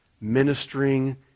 ministering